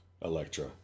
Electra